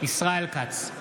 ישראל כץ,